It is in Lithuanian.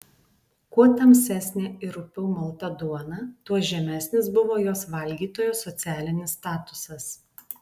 kuo tamsesnė ir rupiau malta duona tuo žemesnis buvo jos valgytojo socialinis statusas